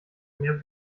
mehr